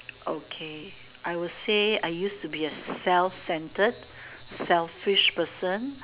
okay I will say I used to be a self centered selfish person